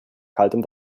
kaltem